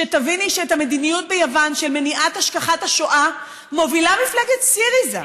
שתביני שאת המדיניות ביוון של מניעת השכחת השואה מובילה מפלגת סיריזה,